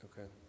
Okay